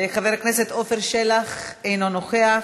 חבר הכנסת עפר שלח, אינו נוכח,